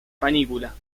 panícula